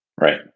right